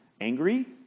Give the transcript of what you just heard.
angry